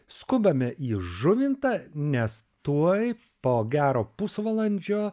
skubame į žuvintą nes tuoj po gero pusvalandžio